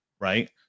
Right